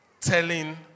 telling